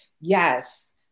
yes